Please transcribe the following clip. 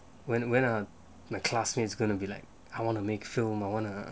when when uh my classmates gonna be like I wanna make film or [what] lah